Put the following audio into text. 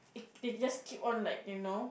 it they just keep on like you know